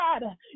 God